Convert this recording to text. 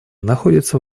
находится